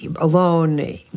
alone